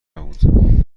نبود